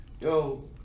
yo